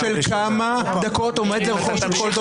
-- אבל שאלה אחת בסיסית של כמה דקות עומד לרשות כל דובר.